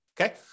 okay